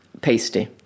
pasty